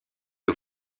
aux